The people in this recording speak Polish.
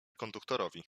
konduktorowi